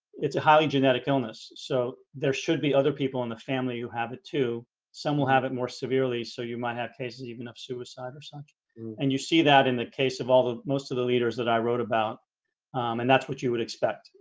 it's a highly genetic illness so there should be other people in the family who have it some will have it more severely so you might have cases even of suicide or such and you see that in the case of all the most of the leaders that i wrote about and that's what you would expect.